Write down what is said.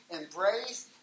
embrace